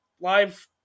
live